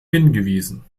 hingewiesen